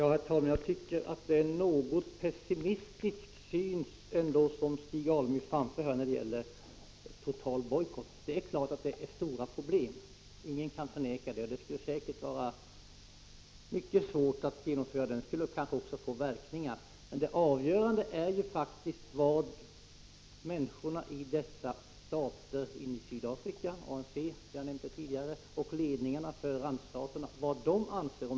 Herr talman! Jag tycker ändå att det är en något pessimistisk syn som Stig Alemyr framför när det gäller total bojkott. Det är klart att det innebär stora problem, det kan ingen förneka. Det skulle säkert vara mycket svårt att genomföra den, och den skulle kanske också få svåra verkningar. Men det avgörande är faktiskt vad ANC och andra i Sydafrika liksom randstaterna och dessas ledningar anser.